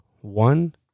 one